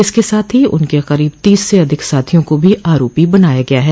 इसके साथ ही उनके करीब तीस से अधिक साथियों को भी आरोपी बनाया गया है